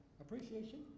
appreciation